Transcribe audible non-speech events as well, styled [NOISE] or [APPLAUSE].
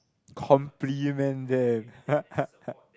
compliment them [LAUGHS]